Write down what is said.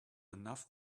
enough